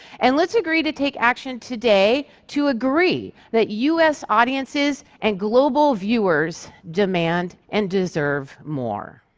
and let's agree to take action today to agree that us audiences and global viewers demand and deserve more.